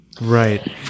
Right